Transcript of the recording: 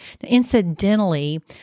Incidentally